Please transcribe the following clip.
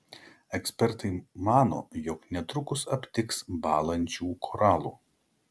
ekspertai mano jog netrukus aptiks bąlančių koralų